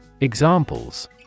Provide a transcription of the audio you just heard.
Examples